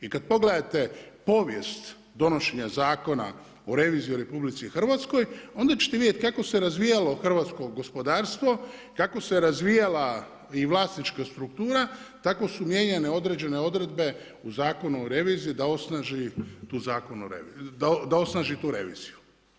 I kada pogledate povijest donošenja Zakona o reviziji u RH onda ćete vidjeti kako se razvijalo hrvatsko gospodarstvo, kako se razvijala i vlasnička struktura tako su mijenjane određene odredbe u Zakonu o reviziji da osnaži tu reviziju.